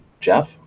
Jeff